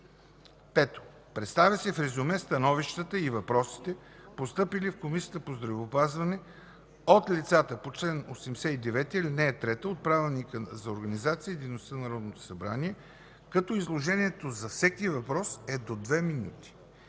5. Представят се в резюме становищата и въпросите, постъпили в Комисията по здравеопазването от лицата по чл. 89, ал. 3 от Правилника за организацията и дейността на Народното събрание, като изложението за всеки въпрос и становище